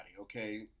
okay